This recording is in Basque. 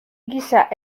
gisa